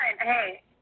Hey